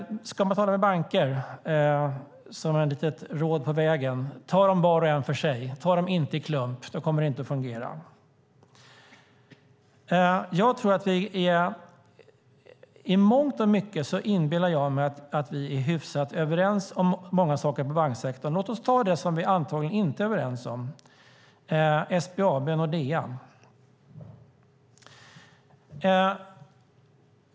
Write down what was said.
Ska man tala med banker, som ett litet råd på vägen: Ta dem var och en för sig! Ta dem inte i klump, för då kommer det inte att fungera! I mångt och mycket inbillar jag mig att vi är hyfsat överens om många saker inom banksektorn. Låt oss ta upp det som vi antagligen inte är överens om: SBAB och Nordea.